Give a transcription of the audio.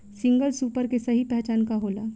Single super के सही पहचान का होला?